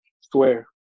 swear